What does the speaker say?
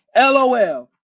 lol